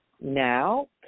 now